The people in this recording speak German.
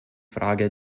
frage